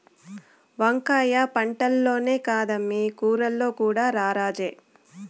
వంకాయ పంటల్లోనే కాదమ్మీ కూరల్లో కూడా రారాజే